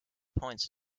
points